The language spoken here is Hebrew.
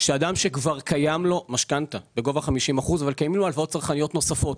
שלאדם שיש כבר משכנתא בגובה 50% ועוד הלוואות צרכניות נוספות,